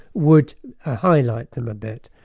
would highlight them a bit,